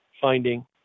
finding